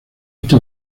este